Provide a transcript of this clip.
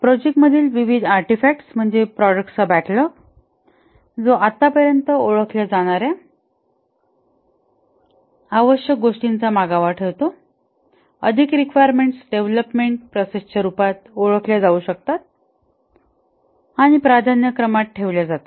project मधील विविध artifacts म्हणजे प्रॉडक्टचा बॅकलॉग जो आतापर्यंत ओळखल्या जाणार्या आवश्यक गोष्टींचा मागोवा ठेवतो अधिक रिक्वायरमेंट्स डेव्हलपमेंट प्रोसेसच्या रूपात ओळखल्या जाऊ शकतात आणि त्या प्राधान्य क्रमात ठेवल्या जातात